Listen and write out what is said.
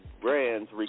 brands